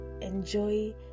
Enjoy